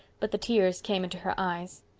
but the tears came into her eyes.